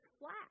flat